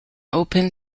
open